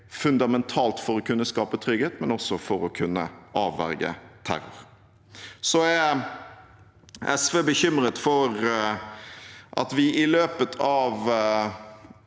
fundamentalt for å kunne skape trygghet, men også for å kunne avverge terror. SV er bekymret for at vi i løpet av